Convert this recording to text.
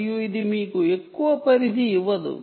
మరియు ఇది మీకు ఎక్కువ రేంజ్ ఇవ్వదు